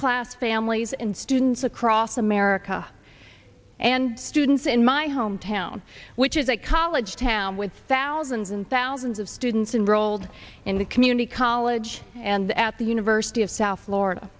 class families and students across america and students in my home town which is a college town with thousands and thousands of students enrolled in the community college and at the university of south florida